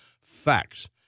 facts